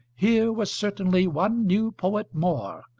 here was certainly one new poet more,